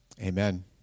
Amen